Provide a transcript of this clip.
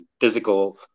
physical